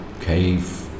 cave